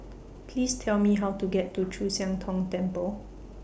Please Tell Me How to get to Chu Siang Tong Temple